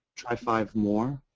try five more.